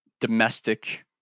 domestic